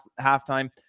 halftime